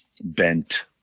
bent